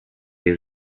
les